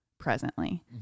Presently